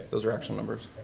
those are actual numbers.